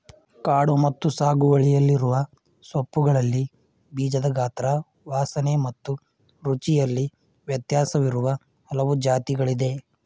ಕಾಡು ಮತ್ತು ಸಾಗುವಳಿಯಲ್ಲಿರುವ ಸೋಂಪುಗಳಲ್ಲಿ ಬೀಜದ ಗಾತ್ರ ವಾಸನೆ ಮತ್ತು ರುಚಿಯಲ್ಲಿ ವ್ಯತ್ಯಾಸವಿರುವ ಹಲವು ಜಾತಿಗಳಿದೆ